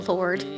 Lord